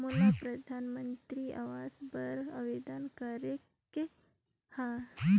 मोला परधानमंतरी आवास बर आवेदन करे के हा?